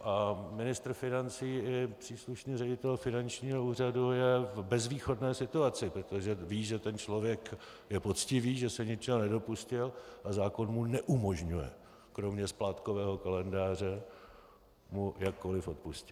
A ministr financí i příslušný ředitel finančního úřadu je v bezvýchodné situaci, protože ví, že ten člověk je poctivý, že se ničeho nedopustil a zákon mu neumožňuje kromě splátkového kalendáře jakkoli odpustit.